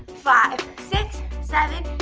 five, six, seven,